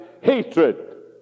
hatred